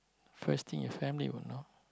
first thing your family will know